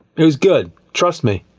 it was good, trust me.